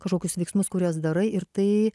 kažkokius veiksmus kuriuos darai ir tai